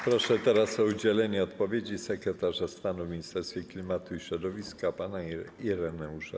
Proszę teraz o udzielenie odpowiedzi sekretarza stanu w Ministerstwie Klimatu i Środowiska pana Ireneusza